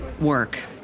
work